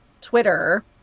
Twitter